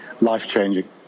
Life-changing